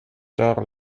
tard